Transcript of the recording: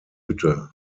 hütte